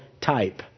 type